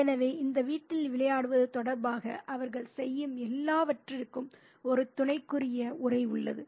எனவே இந்த வீட்டில் விளையாடுவது தொடர்பாக அவர்கள் செய்யும் எல்லாவற்றிற்கும் ஒரு துணைக்குரிய உரை உள்ளது